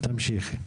תמשיכי.